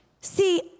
See